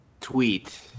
tweet